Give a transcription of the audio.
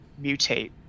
mutate